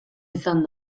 izan